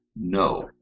No